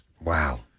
Wow